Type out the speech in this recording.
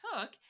took